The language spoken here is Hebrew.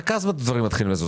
רק אז דברים מתחילים לזוז.